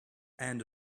and